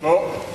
לא.